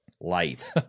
Light